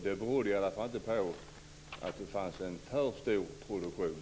Det berodde inte på att det fanns en för stor produktion.